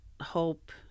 hope